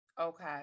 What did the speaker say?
okay